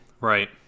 Right